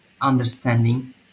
understanding